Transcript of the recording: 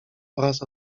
oraz